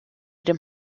dem